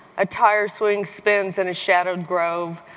a tire swing spins in a shadowed grove,